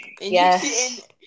Yes